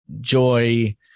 joy